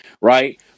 right